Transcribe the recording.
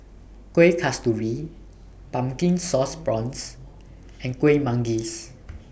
Kueh Kasturi Pumpkin Sauce Prawns and Kuih Manggis